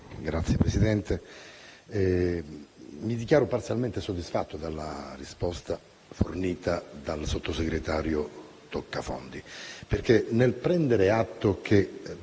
Signora Presidente, mi dichiaro parzialmente soddisfatto della risposta fornita dal sottosegretario Toccafondi, perché, nel prendere atto che